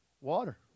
Water